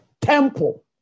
temple